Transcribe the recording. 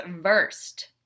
versed